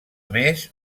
més